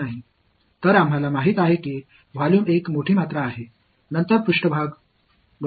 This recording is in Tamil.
எனவே கொள்ளளவு மேற்பரப்பை விட ஒரு பெரிய வால்யூம் என்பதை நாம் அறிவோம்